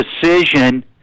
decision